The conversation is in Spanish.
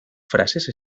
frases